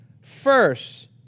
first